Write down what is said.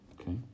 Okay